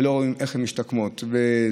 ולא רואים איך הן משתקמות כאן,